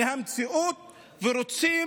מהמציאות ורוצים